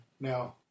no